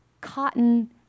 cotton